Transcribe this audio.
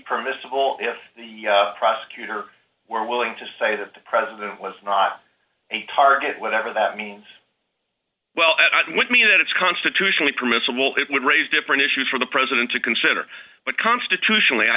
permissible if the prosecutor were willing to say that the president was not a target whatever that means well i mean that it's constitutionally permissible it would raise different issues for the president to consider but constitutionally i